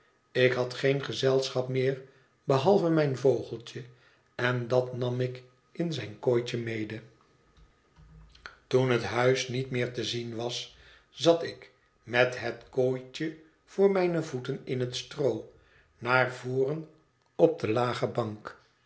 ik had geen gezelschap meer behalve mijn vogeltje en dat nam ik in zijn kooitje mede toen het huis niet meer te zien was zat ik met het kooitje voor mijne voeten in het stroo naar voren op de lage bank